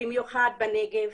במיוחד בנגב.